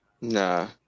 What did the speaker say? Nah